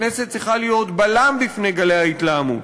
הכנסת צריכה להיות בלם בפני גלי ההתלהמות.